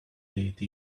late